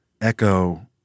Echo